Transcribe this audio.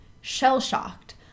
shell-shocked